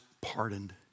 Pardoned